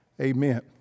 Amen